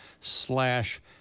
slash